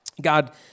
God